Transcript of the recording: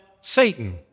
Satan